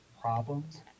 problems